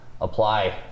apply